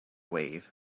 wave